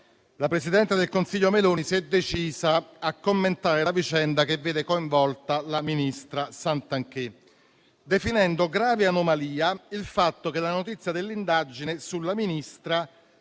il presidente del Consiglio Meloni si è decisa a commentare la vicenda che vede coinvolta la ministra Santanchè, definendo grave anomalia il fatto che la notizia dell'indagine sulla Ministra